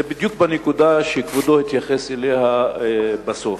זה בדיוק בנקודה שכבודו התייחס אליה בסוף.